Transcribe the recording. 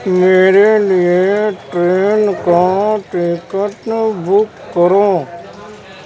میرے لیے ٹرین کا ٹکٹ بک کرو